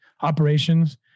operations